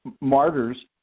martyrs